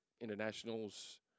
internationals